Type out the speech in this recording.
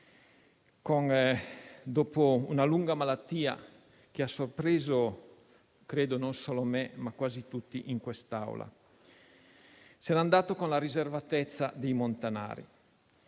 dopo una lunga malattia che ha sorpreso, credo, non solo me, ma quasi tutti in quest'Aula. Se n'è andato con la riservatezza dei montanari.